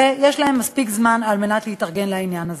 ויש להם מספיק זמן כדי להתארגן לעניין הזה.